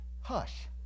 hush